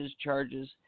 charges